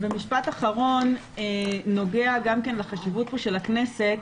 משפט אחרון נוגע גם הוא לחשיבות של הכנסת.